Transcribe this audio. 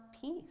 peace